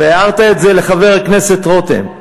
אבל הערת את זה לחבר הכנסת רותם.